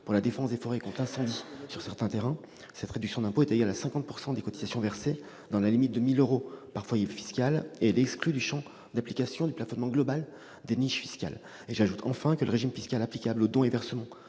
pour la défense des forêts contre l'incendie sur certains terrains. Cette réduction d'impôt est égale à 50 % des cotisations versées, dans la limite de 1 000 euros par foyer fiscal, et est exclue du champ d'application du plafonnement global des niches fiscales. Enfin, le régime fiscal applicable aux dons et versements